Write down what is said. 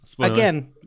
Again